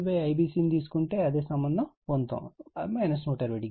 IAB IBC ను తీసుకుంటే అదే సంబంధం పొందుతారు 120o